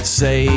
say